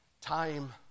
Time